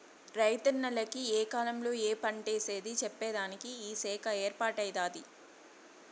రైతన్నల కి ఏ కాలంలో ఏ పంటేసేది చెప్పేదానికి ఈ శాఖ ఏర్పాటై దాది